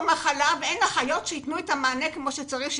מחלה ואין אחיות שייתנו מענה כמו שצריך,